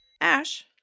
Ash